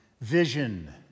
vision